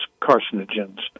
carcinogens